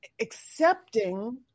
accepting